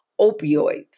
opioids